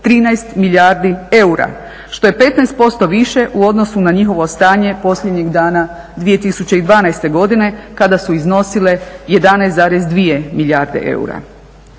13 milijardi eura, što je 15% više u odnosu na njihovo stanje posljednjih dana 2012. godine kada su iznosile 11,2 milijarde eura.